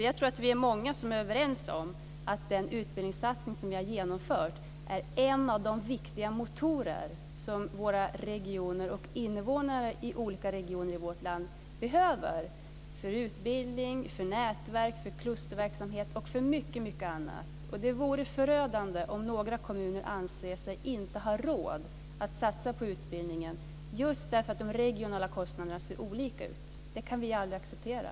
Jag tror att det är många som är överens om att den utbildningssatsning som vi har genomfört är en av de viktiga motorer som regioner och invånare i olika regioner i vårt land behöver. Det gäller utbildning, nätverk, klusterverksamhet och mycket annat. Det vore förödande om några kommuner anser sig inte ha råd att satsa på utbildning just därför att kostnaderna ser olika ut regionalt. Det kan vi aldrig acceptera.